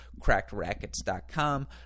crackedrackets.com